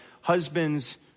husbands